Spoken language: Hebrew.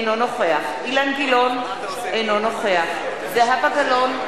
אינו נוכח אילן גילאון, אינו נוכח זהבה גלאון,